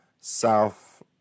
south